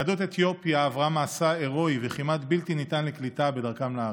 יהדות אתיופיה עברה מסע הירואי וכמעט בלתי ניתן לקליטה בדרכה לארץ,